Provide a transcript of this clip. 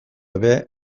ere